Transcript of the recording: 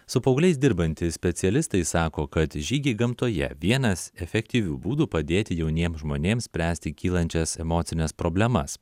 su paaugliais dirbantys specialistai sako kad žygiai gamtoje vienas efektyvių būdų padėti jauniem žmonėm spręsti kylančias emocines problemas